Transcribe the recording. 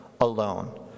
alone